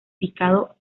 picado